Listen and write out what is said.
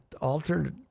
alternate